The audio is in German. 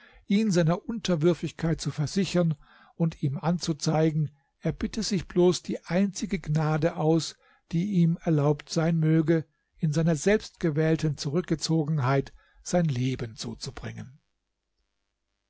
ihn seiner unterwürfigkeit zu versichern und ihm anzuzeigen er bitte sich bloß die einzige gnade aus daß ihm erlaubt sein möge in seiner selbstgewählten zurückgezogenheit sein leben zuzubringen